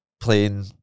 playing